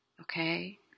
okay